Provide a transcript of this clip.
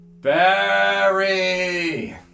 Barry